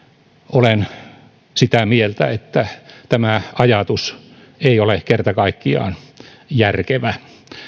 olen sitä mieltä että tämä ajatus ei kerta kaikkiaan ole järkevä